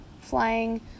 flying